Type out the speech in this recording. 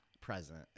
present